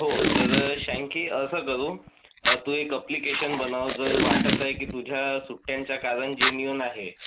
हो तर शँकी असं करू तू एक अप्लिकेशन बनव जर वाटतं आहे की तुझ्या सुट्ट्यांच्या कारण जेन्युईन आहे